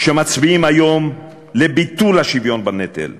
שמצביעים היום לביטול השוויון בנטל,